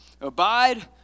Abide